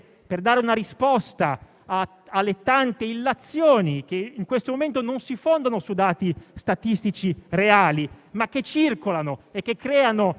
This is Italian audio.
per dare una risposta alle tante illazioni, che in questo momento non si fondano su dati statistici reali, ma che circolano e che creano